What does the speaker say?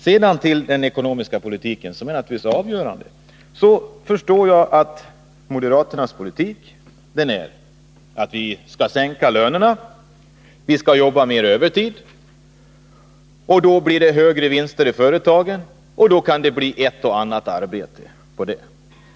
Sedan till den ekonomiska politiken, som naturligtvis är avgörande i sammanhanget. Jag förstår att moderaternas politik går ut på att vi skall sänka lönerna och jobba mer övertid. Då blir det högre vinster i företagen, och därigenom kan det bli ett och annat arbete.